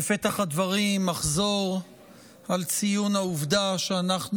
בפתח הדברים אחזור על ציון העובדה שאנחנו